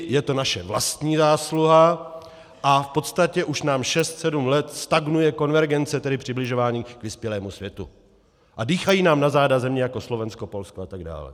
Je to naše vlastní zásluha a v podstatě už nám šest sedm let stagnuje konvergence, tedy přibližování k vyspělému světu, a dýchají nám na záda země jako Slovensko, Polsko atd.